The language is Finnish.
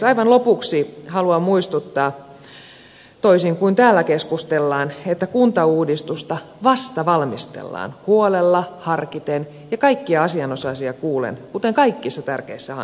aivan lopuksi haluan muistuttaa toisin kuin täällä keskustellaan että kuntauudistusta vasta valmistellaan huolella harkiten ja kaikkia asianosaisia kuullen kuten kaikissa tärkeissä hankkeissa